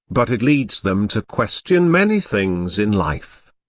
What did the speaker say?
but it leads them to question many things in life.